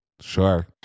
Sure